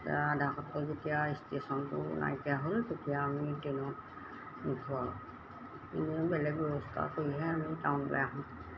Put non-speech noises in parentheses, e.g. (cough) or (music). তাৰপৰা (unintelligible) যেতিয়া ষ্টেচনটো নাইকিয়া হ'ল তেতিয়া আমি ট্ৰেইনত নুঠোঁ আৰু কিবা বেলেগ ব্যৱস্থা কৰিয়ে আমি টাউনলৈ আহোঁ